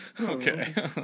okay